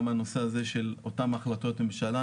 גם הנושא הזה של אותן החלטות ממשלה,